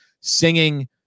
singing